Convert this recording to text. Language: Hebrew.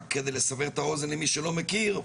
רק כדי לסבר את האוזן למי שלא מכיר,